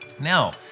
Now